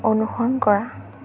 অনুসৰণ কৰা